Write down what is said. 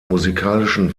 musikalischen